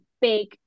big